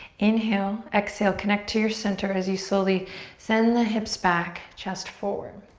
inhale, exhale. connect to your center as you slowly send the hips back, chest forward.